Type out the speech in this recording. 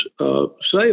sales